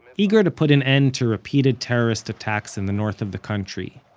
eager to put an end to repeated terrorist attacks in the north of the country,